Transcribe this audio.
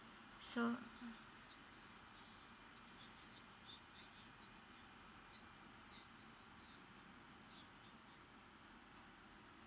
so